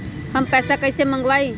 हम पैसा कईसे मंगवाई?